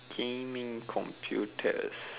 gaming computers